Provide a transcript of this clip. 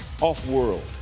Off-world